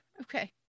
Okay